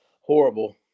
Horrible